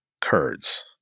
Kurds